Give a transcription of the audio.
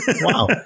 Wow